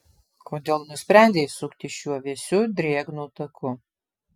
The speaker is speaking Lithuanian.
kodėl nusprendei sukti šiuo vėsiu drėgnu taku